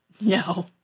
No